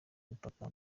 imipaka